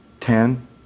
ten